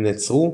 הם נעצרו,